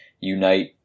unite